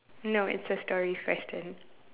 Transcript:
no it's a stories question